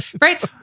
right